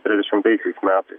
trisdešimtaisiais metai